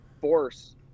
force